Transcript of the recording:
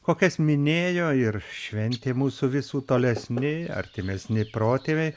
kokias minėjo ir šventė mūsų visų tolesni artimesni protėviai